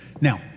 Now